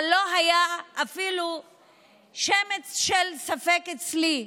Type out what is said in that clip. אבל לא היה אפילו שמץ של ספק אצלי,